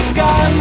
Sky